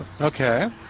Okay